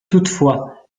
toutefois